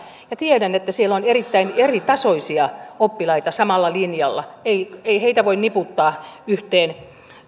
ja tiedän että siellä on erittäin eritasoisia oppilaita samalla linjalla ei ei heitä voi niputtaa yhteen